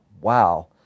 wow